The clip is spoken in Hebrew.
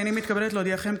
הינני מתכבדת להודיעכם,